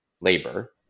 labor